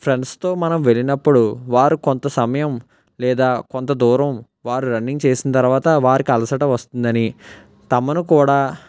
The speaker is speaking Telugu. ఫ్రెండ్స్తో మనం వెళ్ళినప్పుడు వారు కొంత సమయం లేదా కొంత దూరం వారు రన్నింగ్ చేసిన తర్వాత వారికి అలసట వస్తుందని తమను కూడా